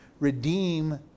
redeem